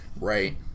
right